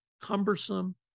cumbersome